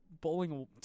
bowling